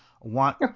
want